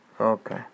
okay